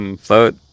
float